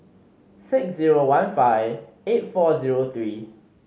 six zero one five eight four zero three